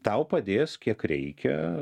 tau padės kiek reikia